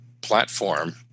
platform